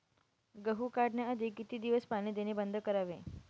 गहू काढण्याआधी किती दिवस पाणी देणे बंद करावे?